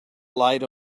light